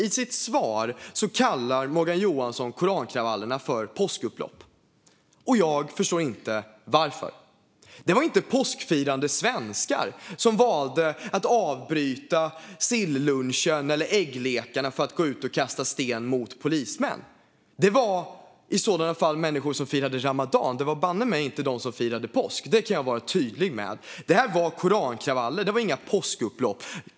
I sitt svar kallar Morgan Johansson korankravallerna för påskupplopp, och jag förstår inte varför. Det var inte påskfirande svenskar som valde att avbryta sillunchen eller ägglekarna för att gå ut och kasta sten mot polismän. Det var i sådana fall människor som firade ramadan. Det var banne mig inte de som firade påsk; det kan jag vara tydlig med. Det här var korankravaller, inga påskupplopp.